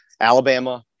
Alabama